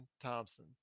Thompson